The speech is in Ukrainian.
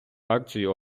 акцією